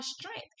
strength